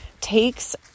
takes